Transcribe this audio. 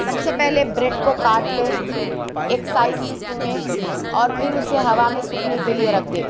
سب سے پہلے بریڈ کو کاٹ لے ایک سائز میں اور پھر اسے ہوا میں سوکھنے کے لیے رکھ دیں